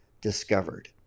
discovered